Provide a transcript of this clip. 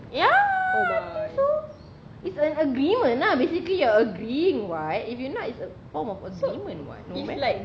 ya I think so it's an agreement lah basically you are agreeing [what] if you nod it's a form of agreement [what] no matter